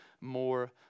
more